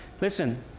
Listen